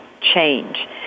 change